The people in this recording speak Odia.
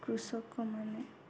କୃଷକମାନେ